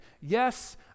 Yes